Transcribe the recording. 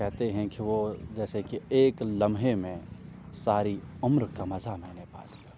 کہتے ہیں کہ وہ جیسے کہ ایک لمحے میں ساری عمر کا مزہ میں نے پا لیا